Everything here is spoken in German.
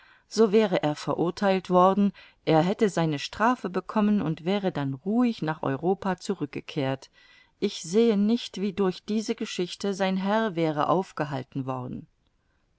so wäre er verurtheilt worden er hätte seine strafe bekommen und wäre dann ruhig nach europa zurückgekehrt ich sehe nicht wie durch diese geschichte sein herr wäre aufgehalten worden